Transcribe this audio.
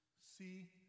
see